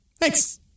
Thanks